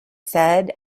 said